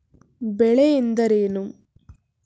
ಬೆಳೆ ಎಂದರೇನು?